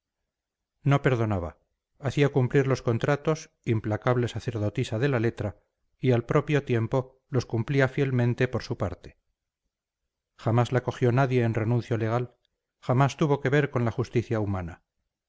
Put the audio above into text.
no perdonaba hacía cumplir los contratos implacable sacerdotisa de la letra y al propio tiempo los cumplía fielmente por su parte jamás la cogió nadie en renuncio legal jamás tuvo que ver con la justicia humana